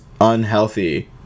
unhealthy